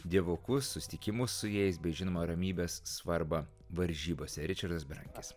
dievukus susitikimus su jais bei žinoma ramybės svarbą varžybose ričardas berankis